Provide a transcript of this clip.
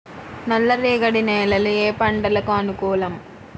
నల్లరేగడి నేలలు ఏ పంటలకు అనుకూలం?